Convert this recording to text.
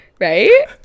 Right